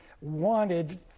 wanted